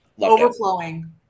overflowing